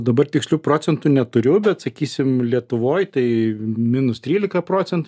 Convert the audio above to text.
dabar tikslių procentų neturiu bet sakysim lietuvoj tai minus trylika procentų